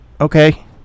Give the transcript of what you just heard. okay